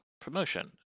promotion